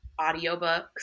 audiobooks